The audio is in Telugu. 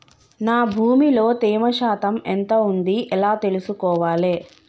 నా భూమి లో తేమ శాతం ఎంత ఉంది ఎలా తెలుసుకోవాలే?